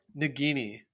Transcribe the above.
Nagini